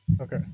Okay